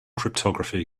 cryptography